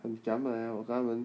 很 chiam eh 跟他们